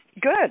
Good